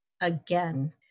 again